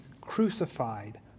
crucified